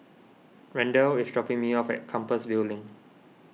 Randell is dropping me off at Compassvale Link